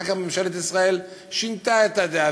אחר כך ממשלת ישראל שינתה את הדעה